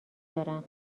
دارم